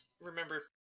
remember